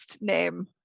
name